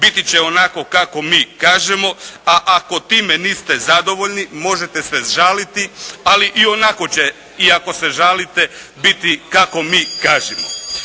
biti će onako kako mi kažemo, a ako time niste zadovoljni možete se žaliti, ali ionako će, iako se žalite biti kako mi kažemo.